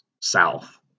South